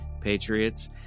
patriots